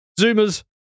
Zoomers